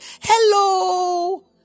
hello